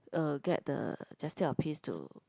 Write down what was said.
uh get the just take our piece to